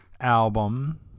album